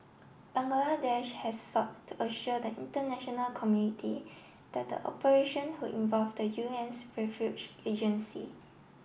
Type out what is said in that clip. Bangladesh has sought to assure the international community that the operation would involve the UN's refuge agency